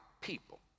people